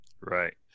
right